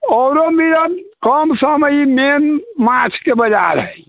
आओर मिलत कमसम है ई मेन माछके बजार हइ